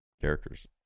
characters